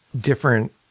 different